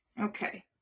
Okay